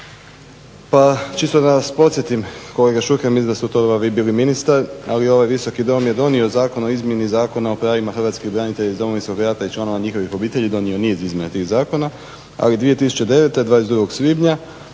pa čisto da vas podsjetim kolega Šuker. Mislim da ste u to doba vi bili ministar, ali ovaj Visoki dom je donio Zakon o izmjeni zakona o pravima hrvatskih branitelja iz Domovinskog rata i članova njihovih obitelji donio niz izmjena tih zakona. Ali 2009, 22. svibnja,